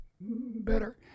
better